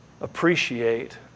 appreciate